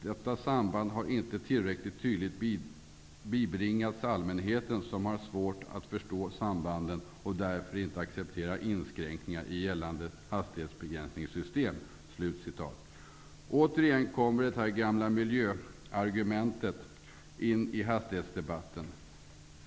Detta samband har inte tillräckligt tydligt bibringats allmänheten, som har svårt att förstå sambanden och därför inte accepterar inskränkningar i gällande hastighetsbegränsningssystem. Återigen kommer det gamla miljöargumentet in i hastighetsdebatten.